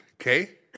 okay